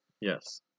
Yes